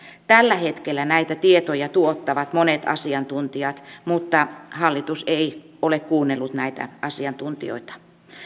tällä hetkellä näitä tietoja tuottavat monet asiantuntijat mutta hallitus ei ole kuunnellut näitä asiantuntijoita